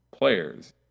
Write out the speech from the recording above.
players